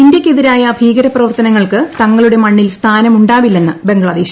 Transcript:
ഇന്ത്യയ്ക്കെതിരായ ഭീകര പ്രവർത്തനങ്ങൾക്ക് തങ്ങളുടെ മണ്ണിൽ സ്ഥാനമുണ്ടാവില്ലെന്ന് ബംഗ്ലാദേശ്